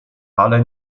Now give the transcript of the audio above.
ale